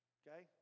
okay